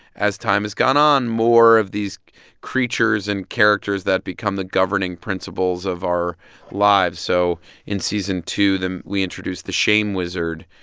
as time has gone on, more of these creatures and characters that become the governing principles of our lives. so in season two, we introduced the shame wizard,